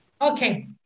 Okay